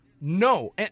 No